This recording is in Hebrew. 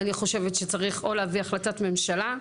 אני חושבת שצריך או להביא החלטת ממשלה,